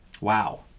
Wow